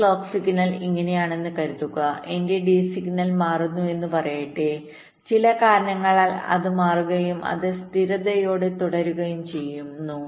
എന്റെ clock signal ഇങ്ങനെയാണെന്ന് കരുതുക എന്റെ ഡി സിഗ്നൽ മാറുന്നുവെന്ന് പറയട്ടെ ചില കാരണങ്ങളാൽ അത് മാറുകയും അത് സ്ഥിരതയോടെ തുടരുകയും ചെയ്യുന്നു